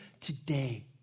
today